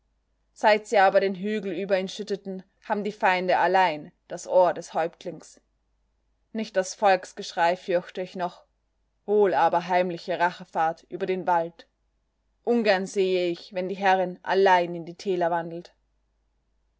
seit sie aber den hügel über ihn schütteten haben die feinde allein das ohr des häuptlings nicht das volksgeschrei fürchte ich noch wohl aber heimliche rachefahrt über den wald ungern sehe ich wenn die herrin allein in die täler wandelt